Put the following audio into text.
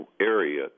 area